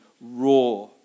raw